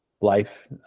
life